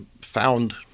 found